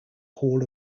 hall